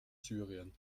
syrien